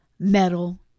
metal